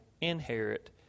inherit